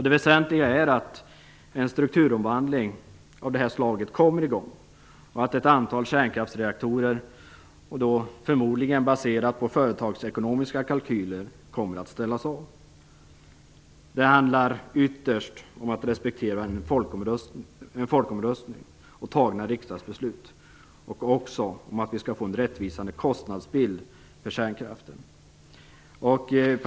Det väsentliga är att en strukturomvandling av det här slaget kommer i gång och att ett antal kärnkraftsreaktorer kommer att ställas om, förmodligen baserat på företagsekonomiska kalkyler. Det handlar ytterst om att respektera en folkomröstning och riksdagsbeslut. Men det handlar också om att vi skall få en rättvisande kostnadsbild för kärnkraften.